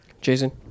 Jason